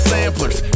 samplers